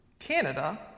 Canada